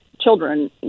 children